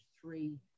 three